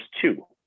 two